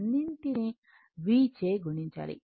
అన్నిటినీ V చే గుణించాలి